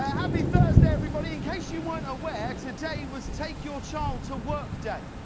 ah happy thursday, everybody. in case you weren't aware, today was take your child to work day.